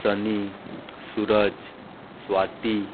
Sunny Suraj Swati